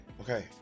okay